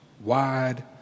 wide